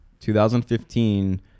2015